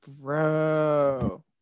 bro